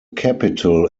capital